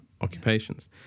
occupations